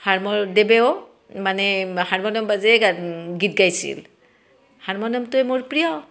হাৰমদেৱেও মানে হাৰমনিয়াম বাজেয়ে গান গীত গাইছিল হাৰমনিয়ামটোয়ে মোৰ প্ৰিয়